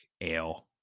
Ale